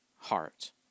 heart